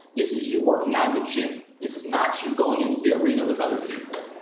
this is you working out in the gym. this is not you going into the arena with other people.